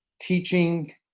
teaching